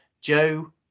Joe